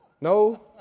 No